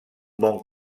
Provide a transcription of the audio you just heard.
bon